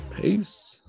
Peace